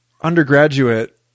undergraduate